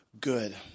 good